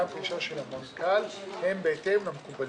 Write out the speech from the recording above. הפרישה של המנכ"ל הם בהתאם למקובלים,